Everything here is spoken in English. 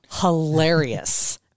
hilarious